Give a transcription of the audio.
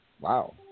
Wow